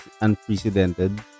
unprecedented